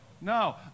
No